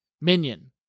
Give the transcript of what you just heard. minion